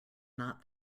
not